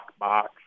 lockbox